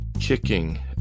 Kicking